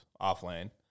offlane